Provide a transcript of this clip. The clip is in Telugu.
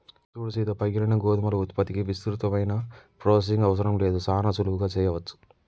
సూడు సీత పగిలిన గోధుమల ఉత్పత్తికి విస్తృతమైన ప్రొసెసింగ్ అవసరం లేదు సానా సులువుగా సెయ్యవచ్చు